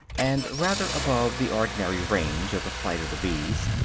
and rather above the ordinary range of the flight of the bees,